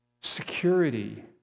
security